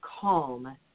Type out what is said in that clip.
calm